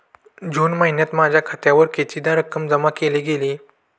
जून महिन्यात माझ्या खात्यावर कितीदा रक्कम जमा केली गेली?